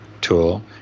tool